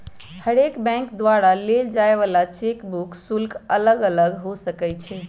हरेक बैंक द्वारा लेल जाय वला चेक बुक शुल्क अलग अलग हो सकइ छै